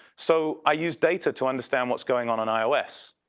so, i used data to understand what's going on on ios.